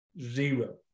Zero